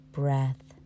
breath